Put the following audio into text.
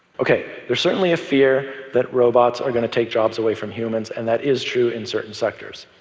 ok, there's certainly a fear that robots are going to take jobs away from humans, and that is true in certain sectors.